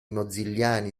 mozilliani